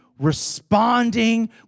Responding